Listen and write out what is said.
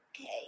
Okay